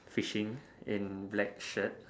fishing in black shirt